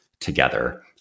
together